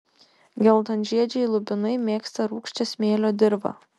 geltonžiedžiai lubinai mėgsta rūgščią smėlio dirvą